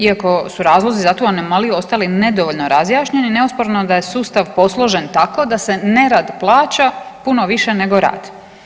Iako su razlozi za tu anomaliju ostali nedovoljno razjašnjeni neosporno je da je sustav posložen tako da se nerad plaća puno više nego rad.